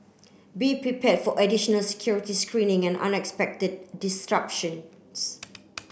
be prepared for additional security screening and unexpected disruptions